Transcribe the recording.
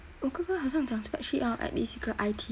我哥哥好像将 spreadsheet orh 要 at least 一个 I_T